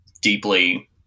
deeply